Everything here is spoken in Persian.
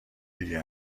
دیگه